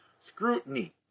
scrutiny